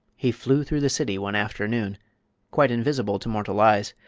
he flew through the city one afternoon quite invisible to moral eyes,